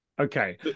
Okay